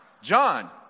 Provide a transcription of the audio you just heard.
John